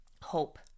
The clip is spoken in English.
hope